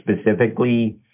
specifically